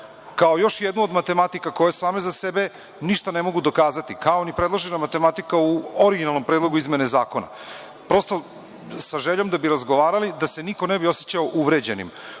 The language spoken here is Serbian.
kao još jednu od matematike koje same za sebe ništa ne mogu dokazati, kao i ni predložena matematika u originalnom predlogu izmene zakona. Prosto, sa željom da bismo razgovarali, da se niko ne bi osećao uvređenim.